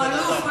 הוא אלוף,